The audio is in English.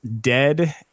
dead